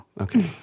Okay